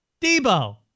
Debo